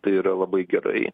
tai yra labai gerai